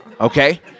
Okay